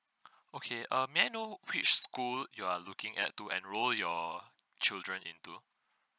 okay uh may I know which school you are looking at to enroll your children into